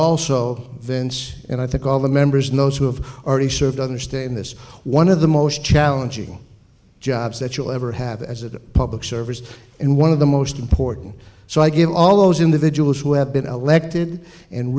vince and i think all the members and those who have already served other state in this one of the most challenging jobs that you'll ever have as a public service and one of the most important so i give all those individuals who have been elected and